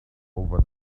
over